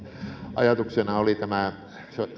ajatuksena oli